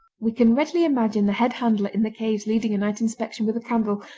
we can readily imagine the head handler in the caves leading a night inspection with a candle,